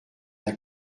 d’un